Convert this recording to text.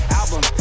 album